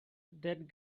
that